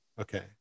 Okay